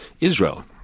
Israel